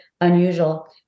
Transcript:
unusual